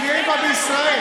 מתגאים בה בישראל,